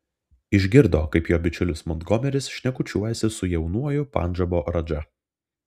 išgirdo kaip jo bičiulis montgomeris šnekučiuojasi su jaunuoju pandžabo radža